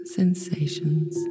sensations